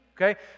okay